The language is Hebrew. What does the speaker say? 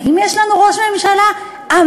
האם יש לנו ראש ממשלה אמיץ,